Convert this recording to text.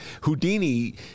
Houdini